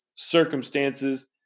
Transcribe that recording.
Circumstances